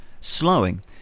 slowing